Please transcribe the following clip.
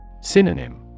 Synonym